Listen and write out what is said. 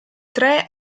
tre